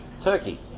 Turkey